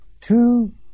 two